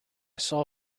saw